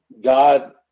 God